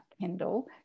Kendall